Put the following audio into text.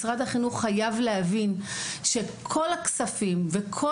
משרד החינוך חייב להבין שכל הכספים וכל